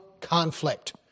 conflict